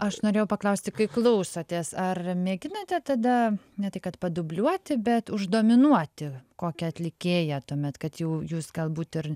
aš norėjau paklausti kai klausotės ar mėginate tada ne tai kad padubliuoti bet uždominuoti kokią atlikėją tuomet kad jau jūs galbūt ir